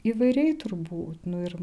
įvairiai turbūt nu ir